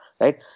right